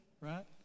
right